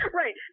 right